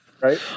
right